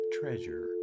treasure